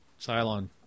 Cylon